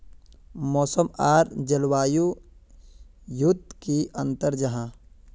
मौसम आर जलवायु युत की अंतर जाहा?